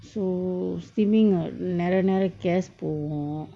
so steaming err நெரய நெரய:neraya neraya gas போவு:povu